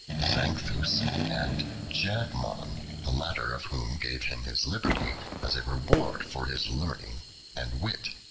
xanthus and jadmon, the latter of whom gave him his liberty as a reward for his learning and wit.